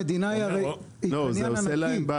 המדינה היא קניין ענקי,